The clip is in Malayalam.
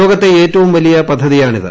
ലോകത്തെ ഏറ്റവും വലിയ പദ്ധതിയാണിത്